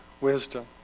wisdom